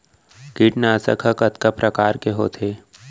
कीटनाशक ह कतका प्रकार के होथे?